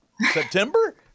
September